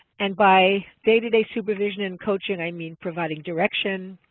and by day-to-day supervision and coaching i mean providing direction,